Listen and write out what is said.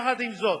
יחד עם זאת,